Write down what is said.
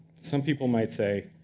some people might say,